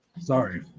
Sorry